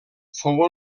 fou